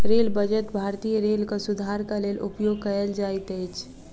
rail budget भारतीय रेलक सुधारक लेल उपयोग कयल जाइत अछि